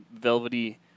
Velvety